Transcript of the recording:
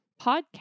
podcast